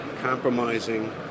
compromising